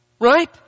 right